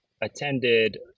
attended